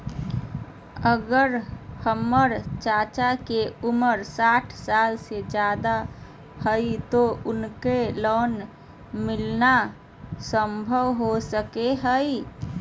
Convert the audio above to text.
अगर हमर चाचा के उम्र साठ साल से जादे हइ तो उनका लोन मिलना संभव हो सको हइ?